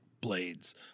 blades